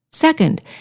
Second